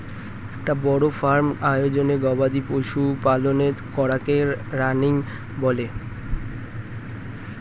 একটা বড় ফার্ম আয়োজনে গবাদি পশু পালন করাকে রানিং বলে